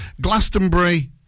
Glastonbury